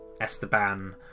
Esteban